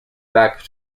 back